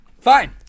fine